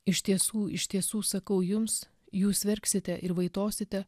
iš tiesų iš tiesų sakau jums jūs verksite ir vaitosite